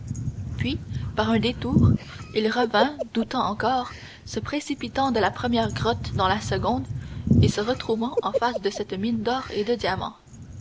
puis par un détour il revint doutant encore se précipitant de la première grotte dans la seconde et se retrouvant en face cette mine d'or et de diamants